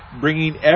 bringing